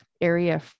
area